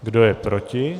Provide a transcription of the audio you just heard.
Kdo je proti?